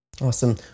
Awesome